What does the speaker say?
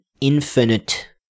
infinite